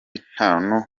nta